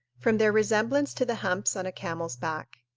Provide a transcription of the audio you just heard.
from their resemblance to the humps on a camel's back.